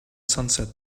sunset